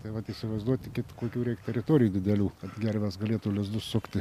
tai vat įsivaizduoti kokių reik teritorijų didelių kad gervės galėtų lizdus sukti